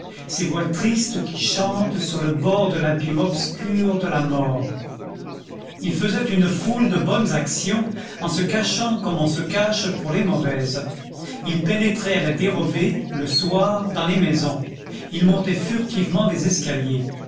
ces voix tristes qui chantent sur le bord de l'abîme obscur de la mort il faisait une foule de bonnes actions en se cachant comme on se cache pour les mauvaises il pénétrait à la dérobée le soir dans les maisons il montait furtivement des escaliers